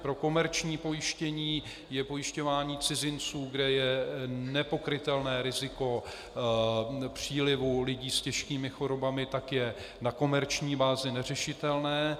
Pro komerční pojištění je pojišťování cizinců, kde je nepokrytelné riziko přílivu lidí s těžkými chorobami, na komerční bázi neřešitelné.